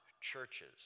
churches